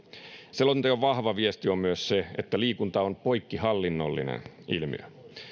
selonteon vahva viesti on myös se että liikunta on poikkihallinnollinen ilmiö